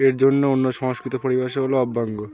এর জন্য অন্য সংস্কৃত পরিভাষা হলো অব্যঙ্গ